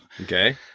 Okay